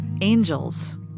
Angels